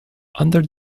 under